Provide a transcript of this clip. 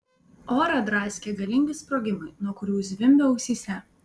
orą draskė galingi sprogimai nuo kurių zvimbė ausyse